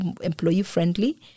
employee-friendly